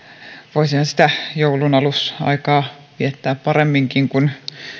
voisihan sitä joulunalusaikaa viettää paremminkin